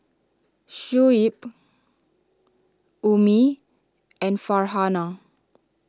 Shuib Ummi and Farhanah